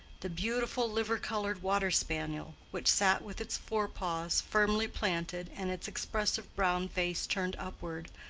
the beautiful liver-colored water-spaniel, which sat with its forepaws firmly planted and its expressive brown face turned upward,